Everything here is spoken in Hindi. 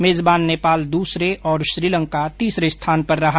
मेजबान नेपाल दूसरे और श्रीलंका तीसरे स्थान पर रहा